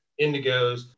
indigos